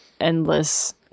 endless